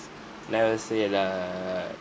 never say the